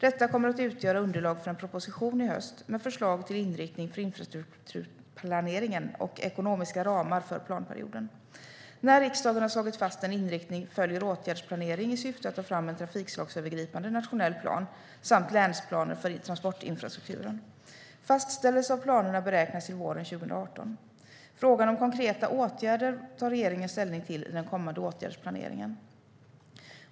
Detta kommer att utgöra underlag för en proposition i höst med förslag till inriktning för infrastrukturplaneringen och ekonomiska ramar för planperioden. När riksdagen har slagit fast en inriktning följer åtgärdsplanering i syfte att ta fram en trafikslagsövergripande nationell plan samt länsplaner för transportinfrastrukturen. Fastställelse av planerna beräknas till våren 2018. Regeringen tar ställning till frågan om konkreta åtgärder i den kommande åtgärdsplaneringen.